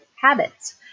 habits